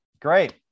Great